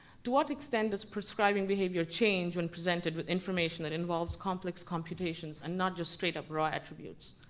to what extent does prescribing behavior change when presented with information that involves complex computations and not just straight-up raw attributes?